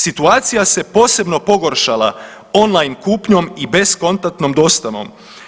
Situacija se posebno pogoršala online kupnjom i bezkontaktnom dostavom.